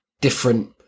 different